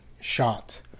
shot